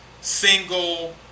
single